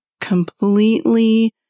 completely